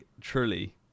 truly